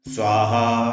Swaha